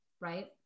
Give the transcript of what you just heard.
right